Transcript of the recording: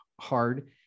hard